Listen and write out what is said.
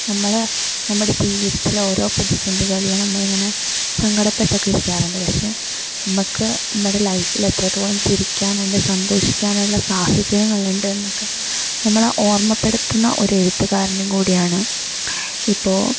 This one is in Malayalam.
നമ്മളെ നമ്മുടെ ജീവിതത്തിലോരോ പ്രതിസന്ധികളിലും നമ്മളിങ്ങനെ സങ്കടപ്പെട്ടൊക്കെ ഇരിക്കാറുണ്ട് പക്ഷേ നമുക്ക് നമ്മുടെ ലൈഫില് എത്രത്തോളം ചിരിക്കാനുണ്ട് സന്തോഷിക്കാനുള്ള സാഹചര്യങ്ങൾ ഉണ്ടെന്ന് നമ്മളെ ഓർമ്മപ്പെടുത്തുന്ന ഒരെഴുത്തുകാരനും കൂടിയാണ് ഇപ്പോൾ